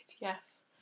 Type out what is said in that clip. Yes